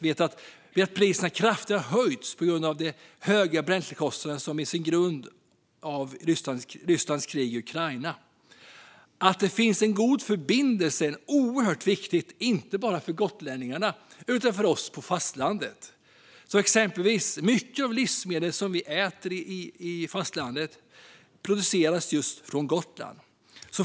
Vi vet att biljettpriserna har höjts kraftigt på grund av de höga bränslekostnaderna, som har sin grund i Rysslands krig i Ukraina. Att det finns en god förbindelse är oerhört viktigt, inte bara för gotlänningarna utan också för oss på fastlandet. Exempelvis produceras många av de livsmedel som vi äter på fastlandet just på Gotland.